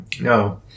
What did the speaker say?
No